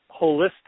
holistic